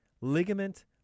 ligament